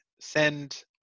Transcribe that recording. send